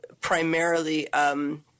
primarily –